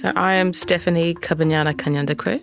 ah i'm stephanie kabanyana kanyandekwe. ah